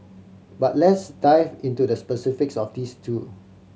but let's dive into the specifics of these two